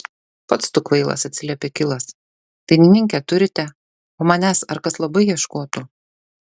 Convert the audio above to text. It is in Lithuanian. pats tu kvailas atsiliepė kilas dainininkę turite o manęs ar kas labai ieškotų